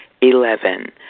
Eleven